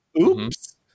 oops